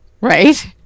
right